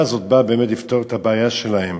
הזאת באה באמת לפתור את הבעיה שלהם.